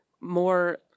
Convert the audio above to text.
more